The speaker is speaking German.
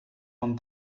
von